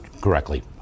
correctly